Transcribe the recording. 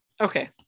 Okay